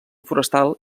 forestal